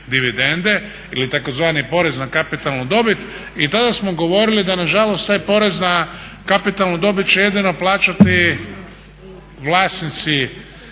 ili tzv. porez na kapitalnu dobit i tada smo govorili da nažalost taj porez na kapitalnu dobit će jedino plaćati vlasnici